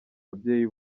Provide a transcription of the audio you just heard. babyeyi